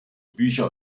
bücher